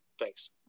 Thanks